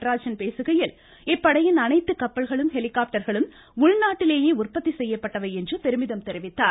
நடராஜன் பேசுகையில் இப்படையின் அனைத்து கப்பல்களும் ஹெலிகாப்டர்களும் உள்நாட்டிலேயே உற்பத்தி செய்யப்பட்டவை என்று பெருமிதம் தெரிவித்தார்